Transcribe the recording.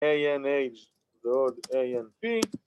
‫איי-אן-אייץ' ועוד איי-אן-פי.